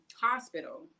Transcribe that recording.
hospital